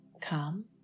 come